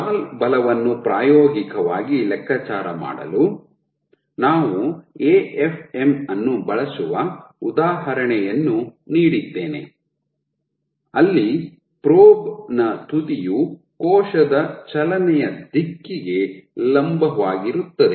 stall ಬಲವನ್ನು ಪ್ರಾಯೋಗಿಕವಾಗಿ ಲೆಕ್ಕಾಚಾರ ಮಾಡಲು ನಾವು ಎಎಫ್ಎಂ ಅನ್ನು ಬಳಸುವ ಉದಾಹರಣೆಯನ್ನು ನೀಡಿದ್ದೇನೆ ಅಲ್ಲಿ ಪ್ರೋಬ್ ನ ತುದಿಯು ಕೋಶ ಚಲನೆಯ ದಿಕ್ಕಿಗೆ ಲಂಬವಾಗಿರುತ್ತದೆ